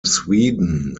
sweden